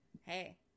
Hey